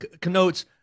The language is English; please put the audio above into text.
connotes